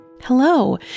Hello